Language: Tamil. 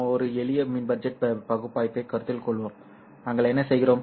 இப்போது நாம் ஒரு எளிய மின் பட்ஜெட் பகுப்பாய்வைக் கருத்தில் கொள்வோம் நாங்கள் என்ன செய்கிறோம்